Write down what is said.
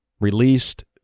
released